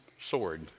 sword